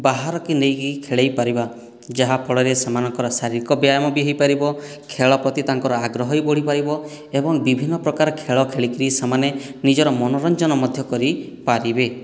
ବାହାରକୁ ନେଇକି ଖେଳାଇ ପାରିବା ଯାହା ଫଳରେ ସେମାନଙ୍କର ଶାରୀରିକ ବ୍ୟାୟାମ ବି ହୋଇପାରିବ ଖେଳ ପ୍ରତି ତାଙ୍କର ଆଗ୍ରହ ବି ବଢ଼ିପାରିବ ଏବଂ ବିଭିନ୍ନ ପ୍ରକାର ଖେଳ ଖେଳିକରି ସେମାନେ ନିଜର ମନୋରଞ୍ଜନ ମଧ୍ୟ କରିପାରିବେ